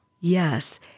Yes